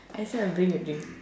I say I bring you drink